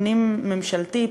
פנים-ממשלתי,